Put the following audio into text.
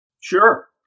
Sure